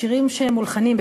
שירים שמולחנים,